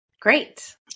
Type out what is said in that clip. Great